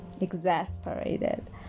Exasperated